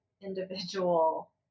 individual